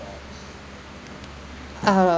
uh